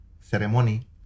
ceremony